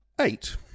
eight